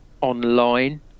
online